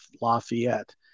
Lafayette